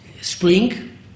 Spring